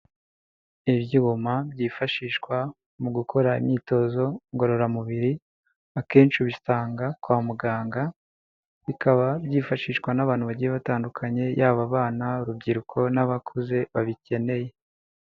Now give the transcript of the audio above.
Ibyuma byifashishwa mu gukora imyitozo ngororamubiri, akenshi ubisanga kwa muganga bikaba byifashishwa n'abantu bagiye batandukanye yaba abana urubyiruko n'abakuze babikeneye.